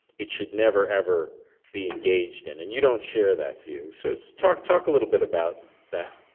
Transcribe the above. it should never ever be engaged in. and you don't share that view, so so talk talk a little bit about that.